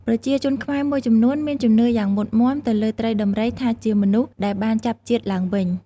ប្រជាជនខ្មែរមួយចំនួនមានជំនឿយ៉ាងមុតមាំទៅលើត្រីដំរីថាជាមនុស្សដែលបានចាប់ជាតិឡើងវិញ។